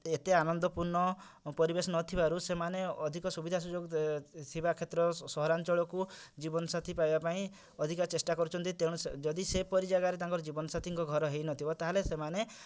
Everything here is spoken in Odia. ଏତେ ଆନନ୍ଦ ପୂର୍ଣ୍ଣ ପରିବେଶ ନଥିବାରୁ ସେମାନେ ଅଧିକ ସୁବିଧା ସୁଯୋଗ ଥିବା କ୍ଷେତ୍ର ସହରାଞ୍ଚଳକୁ ଜୀବନ ସାଥି ପାଇବା ପାଇଁ ଅଧିକା ଚେଷ୍ଟା କରୁଛନ୍ତି ତେଣୁ ସେ ଯଦି ସେପରି ଜାଗାରେ ତାଙ୍କର ଜୀବନ ସାଥିଙ୍କ ଘର ହେଇନଥିବ ତାହେଲେ ସେମାନେ